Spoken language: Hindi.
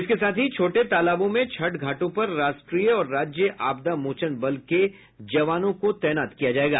इसके साथ ही छोटे तालाबों में छठ घाटों पर राष्ट्रीय और राज्य आपदा मोचन बल के जवानों को भी तैनात किया जायेगा